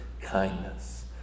kindness